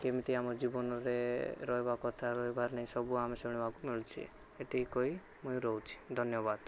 କେମତି ଆମ ଜୀବନରେ ରହିବା କଥା ରହିବାର ନାହିଁ ସବୁ ଆମେ ଶୁଣିବାକୁ ମିଳୁଛି ଏତିକି କହି ମୁଇଁ ରହୁଛି ଧନ୍ୟବାଦ